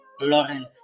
lawrence